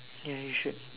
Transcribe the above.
ya you should